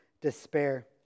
despair